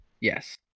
yes